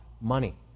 money